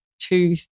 two